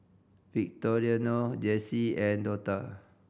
Victoriano Jessi and Dortha